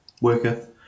worker